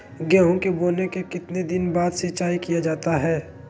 गेंहू के बोने के कितने दिन बाद सिंचाई किया जाता है?